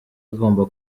agomba